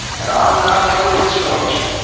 and i'm not going to disappoint you.